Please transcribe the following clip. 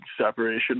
separation